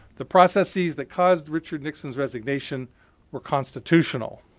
the processes that caused richard nixon's resignation were constitutional.